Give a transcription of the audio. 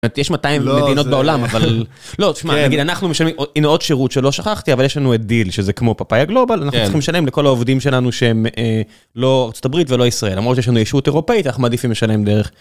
יש 200 מדינות בעולם, אבל... לא, תשמע, נגיד, אנחנו משלמים, הנה עוד שירות שלא שכחתי, אבל יש לנו את דיל, שזה כמו פאפאיה גלובל, אנחנו צריכים לשלם לכל העובדים שלנו שהם לא ארה״ב ולא ישראל. למרות שיש לנו יישות אירופאית, אנחנו מעדיפים לשלם דרך.